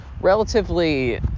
relatively